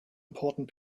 important